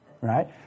right